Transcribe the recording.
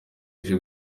ije